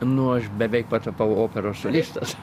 nu aš beveik patapau operos solistas